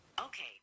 Okay